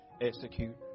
execute